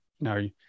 no